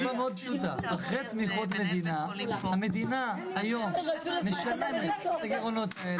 אחרי תמיכות מדינה המדינה היום משלמת את הגירעונות האלה.